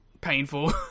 painful